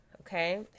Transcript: okay